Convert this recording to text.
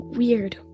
weird